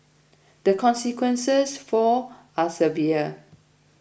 the consequences for are severe